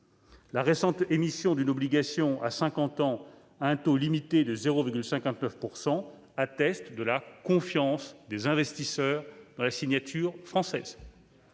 La récente émission d'une obligation à cinquante ans à un taux limité de 0,59 % atteste de la confiance des investisseurs dans la signature française,